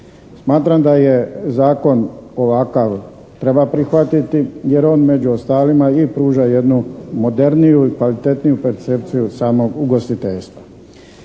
Smatram da je zakon ovakav treba prihvatiti jer on među ostalima i pruža jednu moderniju i kvalitetniju percepciju samog ugostiteljstva.